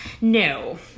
No